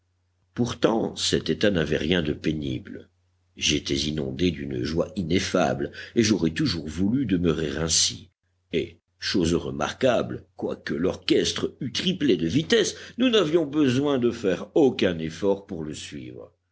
pourtant cet état n'avait rien de pénible j'étais inondé d'une joie ineffable et j'aurais toujours voulu demeurer ainsi et chose remarquable quoique l'orchestre eût triplé de vitesse nous n'avions besoin de faire aucun effort pour le suivre